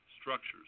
structures